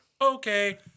okay